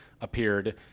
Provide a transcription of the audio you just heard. appeared